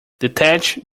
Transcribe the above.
detach